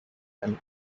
and